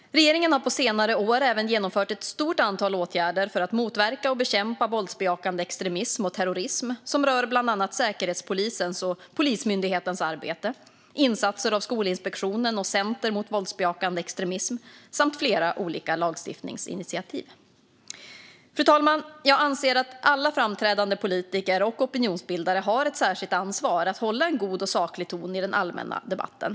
Regeringen har på senare år även genomfört ett stort antal åtgärder för att motverka och bekämpa våldsbejakande extremism och terrorism som rör bland annat Säkerhetspolisens och Polismyndighetens arbete, insatser av Skolinspektionen och Center mot våldsbejakande extremism samt flera olika lagstiftningsinitiativ. Fru talman! Jag anser att alla framträdande politiker och opinionsbildare har ett särskilt ansvar att hålla en god och saklig ton i den allmänna debatten.